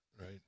right